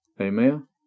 Amen